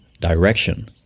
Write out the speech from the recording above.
direction